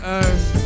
earth